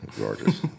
gorgeous